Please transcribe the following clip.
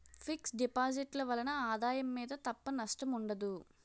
fix deposit ల వలన ఆదాయం మీద తప్ప నష్టం ఉండదు